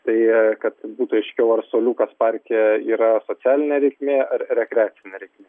tai kad būtų aiškiau ar suoliukas parke yra socialinė reikmė ar rekracinė reikmė